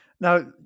Now